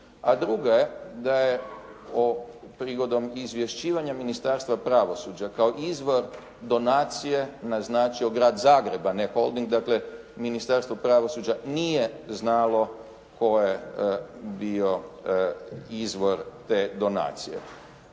A druga je da je prigodom izvješćivanja Ministarstva pravosuđa kao izvor donacije naznačio Grad Zagreb a ne Holding. Dakle, Ministarstvo pravosuđa nije znalo tko je bio izvor te donacije.